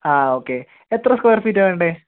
ആ ഓക്കേ എത്ര സ്ക്വയർ ഫീറ്റാണ് വേണ്ടത്